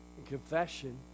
confession